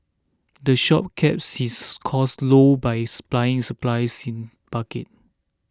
the shop keeps his costs low by his buying its supplies in bucket